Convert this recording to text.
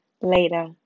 Later